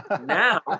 Now